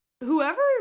whoever